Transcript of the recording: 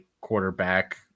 quarterback